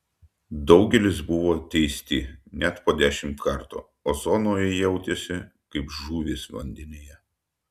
daugelis buvo teisti net po dešimt kartų o zonoje jautėsi kaip žuvys vandenyje